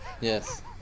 Yes